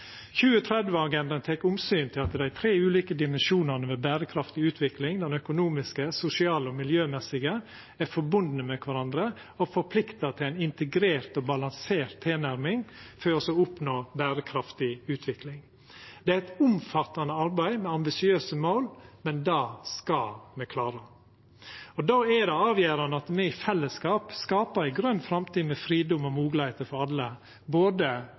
tek omsyn til at dei tre ulike dimensjonane ved berekraftig utvikling – den økonomiske, den sosiale og den miljømessige – er forbundne med kvarandre og forpliktar til ei integrert og balansert tilnærming for å oppnå berekraftig utvikling. Det er eit omfattande arbeid med ambisiøse mål, men det skal me klara. Då er det avgjerande at me i fellesskap skaper ei grøn framtid med fridom og moglegheiter for alle, både